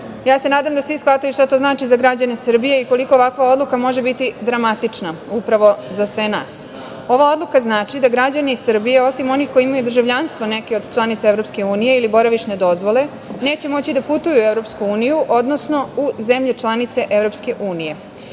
se da svi shvataju šta to znači za građane Srbije i koliko ovakva odluka može biti dramatična upravo za sve nas. Ova odluka znači da građani Srbije, osim onih koji imaju državljanstvo neke od članica EU ili boravišne dozvole, neće moći da putuju u EU, odnosno u zemlje članice EU.